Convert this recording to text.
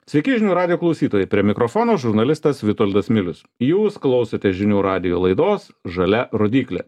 sveiki žinių radijo klausytojai prie mikrofono žurnalistas vitoldas milius jūs klausote žinių radijo laidos žalia rodyklė